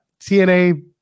tna